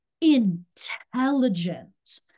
intelligent